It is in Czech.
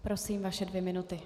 Prosím vaše dvě minuty.